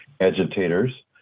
agitators